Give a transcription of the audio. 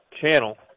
Channel